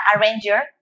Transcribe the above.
arranger